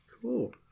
cool